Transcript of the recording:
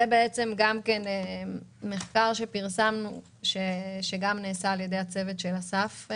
זה מחקר שפרסמנו שנעשה על ידי הצוות של אסף.